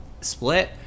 split